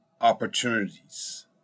opportunities